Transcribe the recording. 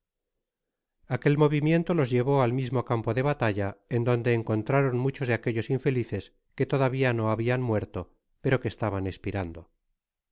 aquel movimiento los llevó al mismo campo de batalla en donde encontraron muchos de aquellos infelices que todavia no habian muerto pero que estaban espirando